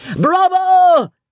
Bravo